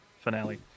finale